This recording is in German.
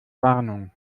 warnung